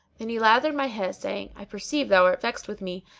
then he lathered my head saying, i perceive thou art vexed with me,